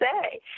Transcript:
say